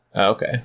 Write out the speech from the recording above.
Okay